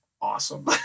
awesome